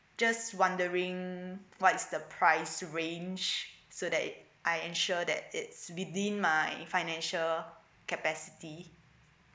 just wondering what is the price range so that it I ensure that it's within my financial capacity